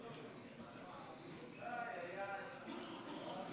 שלי יחימוביץ, סתיו שפיר,